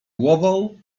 głową